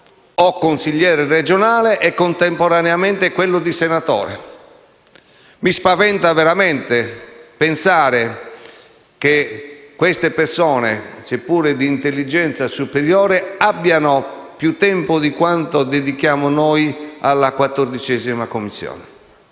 o consigliere regionale e, contemporaneamente, quello di senatore. Mi spaventa veramente pensare che queste persone, seppure di intelligenza superiore, abbiano più tempo da dedicare alla 14a Commissione